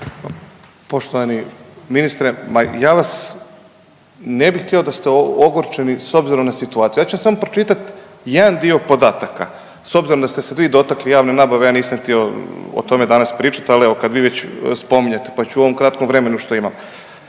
Poštovani ministre. Ma ja vas ne bih htio da ste ogorčeni s obzirom na situaciju. Ja ću samo pročitat jedan dio podataka s obzirom da ste se vi dotakli javne nabave, ja nisam htio o tome danas pričat, al evo kad vi već spominjete pa ću u ovom kratkom vremenu što imam.